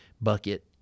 bucket